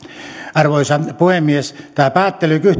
arvoisa puhemies tämä päättely